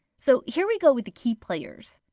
so here we go with the key players.